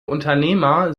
unternehmer